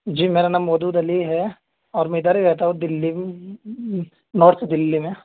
جی میرا نام مودود ہے علی ہے اور میں ادھر ہی رہتا ہوں دلی نارتھ دلی میں